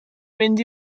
mynd